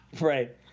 Right